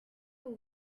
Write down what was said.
aux